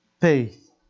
faith